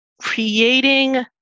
creating